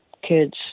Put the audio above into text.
kids